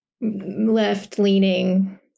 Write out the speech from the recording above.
left-leaning